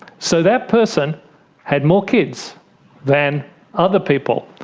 so that person had more kids than other people.